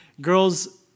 Girls